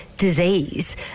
disease